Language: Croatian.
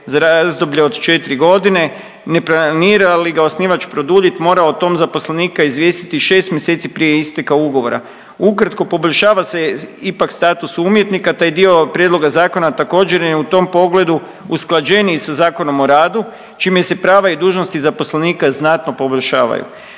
za razdoblje od 4 godine ne planira li ga osnivač produljit mora o tom zaposlenika izvijestiti 6 mjeseci prije isteka ugovora. Ukratko poboljšava se ipak status umjetnika taj dio prijedloga zakona također je u tom pogledu usklađeniji sa Zakon o radu čime se prava i dužnosti zaposlenika znatno poboljšavaju.